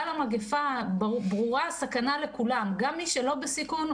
המגיפה ברורה הסכנה לכולם גם מי שלא בסיכון,